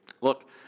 Look